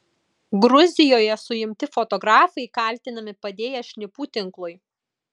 gruzijoje suimti fotografai kaltinami padėję šnipų tinklui